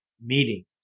meeting